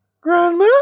Grandma